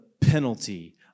penalty